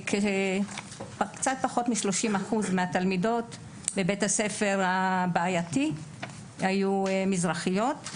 שקצת פחות מ-30% מהתלמידות בבית הספר הבעייתי הזה היו מזרחיות,